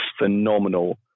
phenomenal